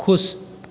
खुश